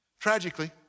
Tragically